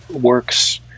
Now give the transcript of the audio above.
works